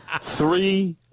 three